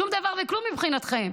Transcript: שום דבר וכלום מבחינתכם.